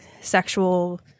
sexual